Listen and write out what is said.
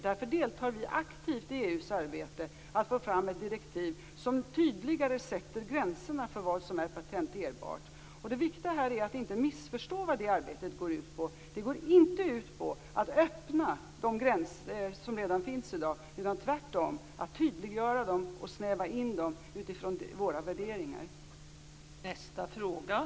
Därför deltar vi aktivt i EU:s arbete att få fram ett direktiv som tydligare sätter gränserna för vad som är patenterbart. Det viktiga här är att inte missförstå vad arbetet går ut på. Det går inte ut på att öppna de gränser som redan finns i dag, utan tvärtom att med utgångspunkt i våra värderingar tydliggöra dem och snäva in dem.